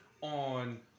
on